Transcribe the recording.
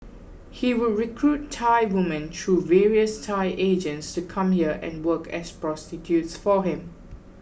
he would recruit Thai woman through various Thai agents to come here and work as prostitutes for him